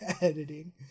editing